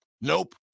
Nope